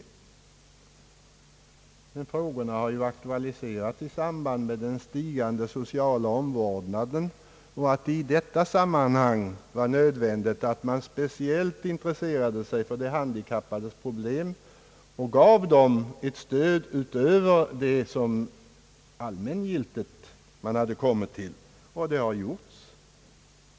Men dessa frågor har ju aktualiserats i samband med den stigande sociala omvårdnaden, då man sagt sig att det var nödvändigt att speciellt ta upp de handikappades problem och ge denna grupp ett stöd utöver det som man allmängiltigt har kommit fram till. Detta har gjorts.